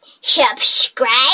subscribe